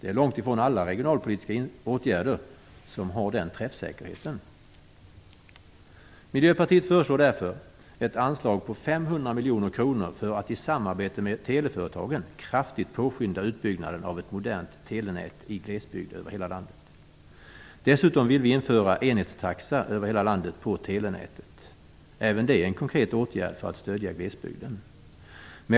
Det är långt ifrån alla regionalpolitiska åtgärder som har den träffsäkerheten. Miljöpartiet föreslår därför ett anslag om 500 miljoner kronor för att i samarbete med teleföretagen kraftigt påskynda utbyggnaden av ett modernt telenät i glesbygd över hela landet. Dessutom vill vi införa enhetstaxa över hela landet på telenätet. Även det är en konkret åtgärd för att stödja glesbygden.